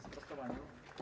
Sprostowanie.